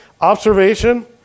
Observation